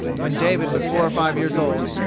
when david was four or five years old,